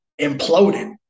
imploded